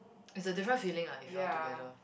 it's a different feeling ah if you all together